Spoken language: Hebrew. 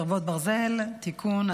חרבות ברזל) (תיקון),